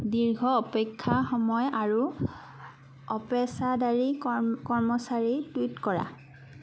দীৰ্ঘ অপেক্ষা সময় আৰু অপেচাদাৰী কৰ্মচাৰী টুইট কৰা